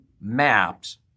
maps